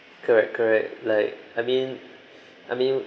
correct correct like I mean I mean